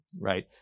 right